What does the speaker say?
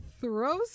throws